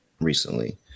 recently